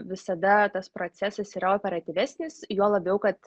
visada tas procesas yra operatyvesnis juo labiau kad